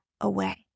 away